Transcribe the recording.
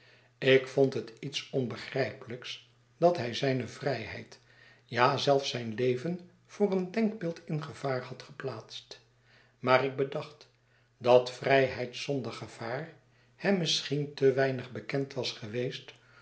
ik vond het iets onbegrijpelijks dat hij zijne vrijheid ja zelfs zijn leven voor een denkbeeld in gevaar had geplaatst maar ikbedacht dat vrijheid zonder gevaar hem misschien te weinig bekend was geweest